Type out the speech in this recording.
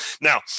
Now